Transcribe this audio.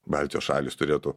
baltijos šalys turėtų